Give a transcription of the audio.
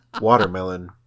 watermelon